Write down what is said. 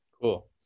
Cool